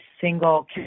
single